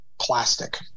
plastic